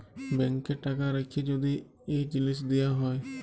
ব্যাংকে টাকা রাখ্যে যদি এই জিলিস দিয়া হ্যয়